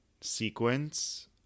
sequence